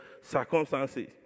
circumstances